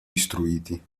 istruiti